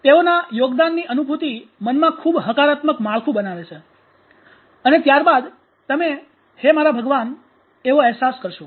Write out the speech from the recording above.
તેઓના યોગદાનની અનુભૂતિ મનમાં ખૂબ હકારાત્મક માળખું બનાવે છે અને ત્યારબાદ તમે "હે મારા ભગવાન" એવો અહેસાસ કરશો